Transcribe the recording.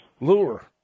lure